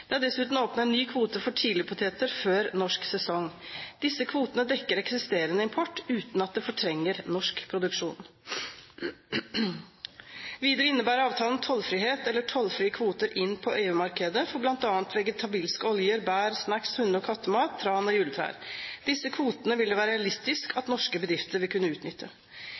Det er dessuten åpnet en ny kvote for tidligpoteter før norsk sesong. Disse kvotene dekker eksisterende import uten av de fortrenger norsk produksjon. Videre innebærer avtalen tollfrihet eller tollfrie kvoter inn på EU-markedet for bl.a. vegetabilske oljer, bær, snacks, hunde- og kattemat, tran og juletrær. Disse kvotene vil det være realistisk at norske bedrifter vil kunne utnytte.